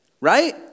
right